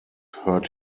hurt